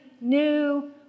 new